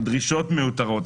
על דרישות מיותרות,